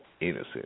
innocent